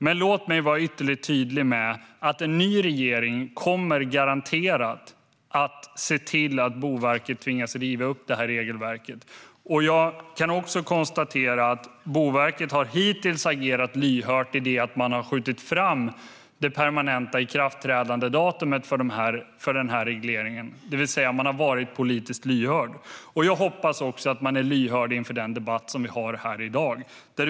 Men låt mig vara ytterligt tydlig med att en ny regering garanterat kommer att se till att Boverket tvingas riva upp det här regelverket. Boverket har hittills agerat lyhört på det sättet att man har skjutit fram det permanenta ikraftträdandedatumet för regleringen. Man har alltså varit politiskt lyhörd. Jag hoppas att man är lyhörd också för den debatt som vi har här i dag.